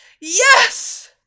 yes